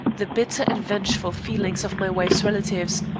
the bitter and vengeful feelings of my wife's relatives,